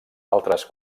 altres